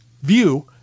view